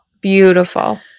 Beautiful